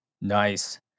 Nice